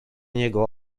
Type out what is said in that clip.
niego